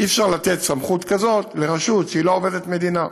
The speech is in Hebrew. אי-אפשר לתת סמכות כזאת לרשות שהיא לא עובדת מדינה.